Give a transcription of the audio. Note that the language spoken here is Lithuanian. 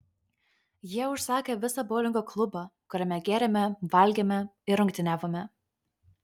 jie užsakė visą boulingo klubą kuriame gėrėme valgėme ir rungtyniavome